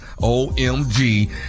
OMG